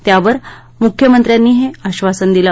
त्यावर मुख्यमंत्र्यांनी हे आश्वासन दिल